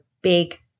big